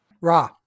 Ra